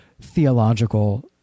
theological